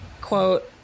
quote